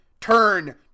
turn